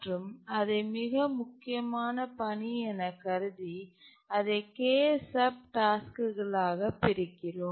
மற்றும் அதை மிக முக்கியமான பணி என கருதி அதை k சப் டாஸ்க்குகளாக பிரிக்கிறோம்